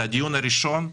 זה הדיון הראשון,